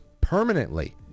permanently